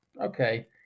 Okay